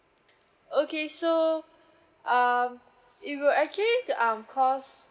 okay so um it will actually um cost